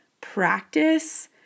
practice